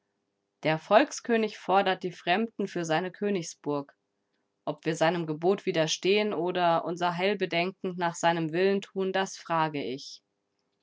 der volkskönig fordert die fremden für seine königsburg ob wir seinem gebot widerstehen oder unser heil bedenkend nach seinem willen tun das frage ich